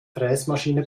fräsmaschine